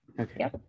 Okay